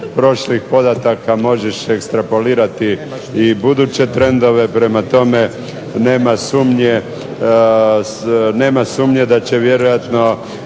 prošlih podataka možeš ekstrapolirati i buduće trendove, prema tome nema sumnje da će vjerojatno